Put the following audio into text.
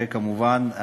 וכמובן,